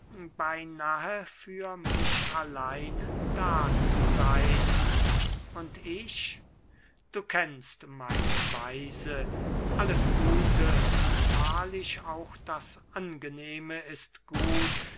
beynahe für mich allein da zu seyn und ich du kennst meine weise alles gute und wahrlich auch das angenehme ist gut